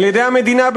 על-ידי המדינה,